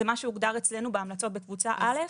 זה מה שהוגדר אצלנו בהמלצות בקבוצה א'.